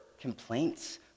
complaints